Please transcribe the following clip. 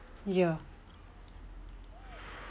ya